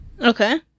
Okay